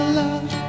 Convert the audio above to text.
love